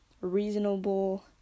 reasonable